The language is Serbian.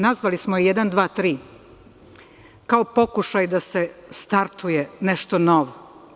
Nazvali smo je „Jedan, dva, tri“, kao pokušaj da se startuje nešto novo.